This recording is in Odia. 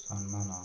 ସମ୍ମାନ